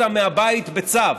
הוצאנו אותם מהבית בצו,